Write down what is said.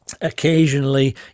occasionally